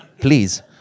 please